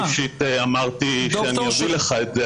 אישית אמרתי שאני אביא לך את הנתונים.